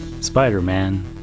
Spider-Man